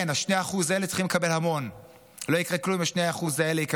כן, ה-2% האלה צריכים לקבל המון.